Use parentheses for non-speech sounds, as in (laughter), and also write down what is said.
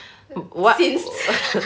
sis (laughs)